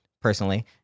personally